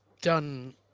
done